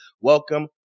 Welcome